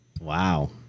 Wow